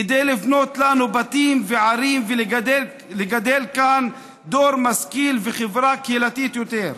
כדי לבנות לנו בתים וערים ולגדל כאן דור משכיל וחברה קהילתית יותר.